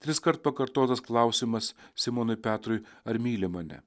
triskart pakartotas klausimas simonui petrui ar myli mane